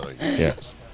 Yes